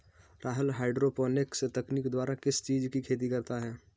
Rahul hydroponics तकनीक द्वारा किस चीज की खेती करता है?